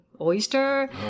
oyster